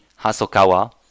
Hasokawa